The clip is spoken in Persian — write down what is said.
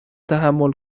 تحمل